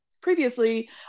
previously